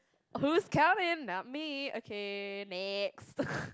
who's counting not me okay next